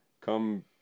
come